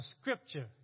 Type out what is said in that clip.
scripture